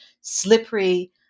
slippery